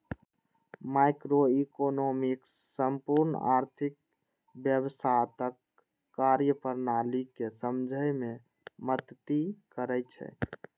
microeconomics संपूर्ण आर्थिक व्यवस्थाक कार्यप्रणाली कें समझै मे मदति करै छै